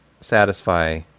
satisfy